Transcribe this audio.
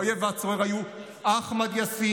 האויב והצורר היו אחמד יאסין,